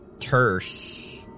terse